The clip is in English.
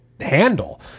handle